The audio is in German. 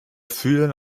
fühlen